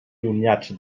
allunyats